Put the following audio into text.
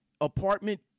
apartment